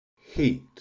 Heat